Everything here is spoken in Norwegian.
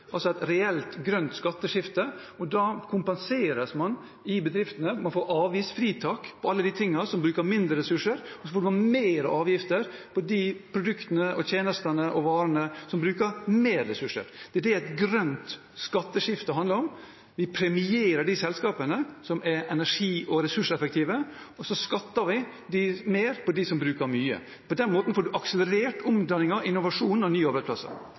altså et reelt grønt skatteskifte. Da kompenseres man i bedriftene, man får avgiftsfritak for alle de tingene som bruker mindre ressurser, og man får høyere avgifter på de produktene, tjenestene og varene som bruker mer ressurser. Det er det et grønt skatteskifte handler om. Vi premierer de selskapene som er energi- og ressurseffektive, og så skatter vi høyere dem som bruker mye. På den måten får vi akselerert omdanningen, innovasjonen og nye arbeidsplasser.